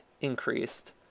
increased